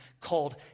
called